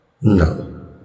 No